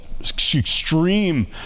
extreme